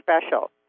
special